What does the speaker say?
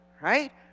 Right